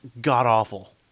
god-awful